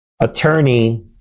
attorney